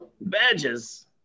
badges